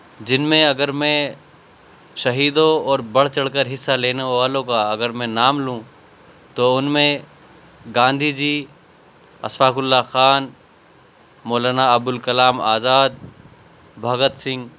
جن میں اگر میں شہیدوں اور بڑھ چڑھ کر حصہ لینے والوں کا اگر میں نام لوں تو ان میں گاندھی جی اشفاق اللہ خان مولانا ابو الکلام آزاد بھگت سنگھ